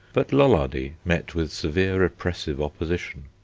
but lollardy met with severe repressive opposition.